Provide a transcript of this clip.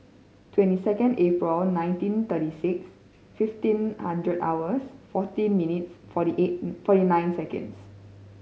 twenty second April nineteen thirty six fifteen hundred hours fourteen minutes forty eight forty nine seconds